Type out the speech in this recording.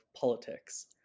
politics